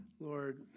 Lord